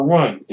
one